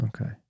Okay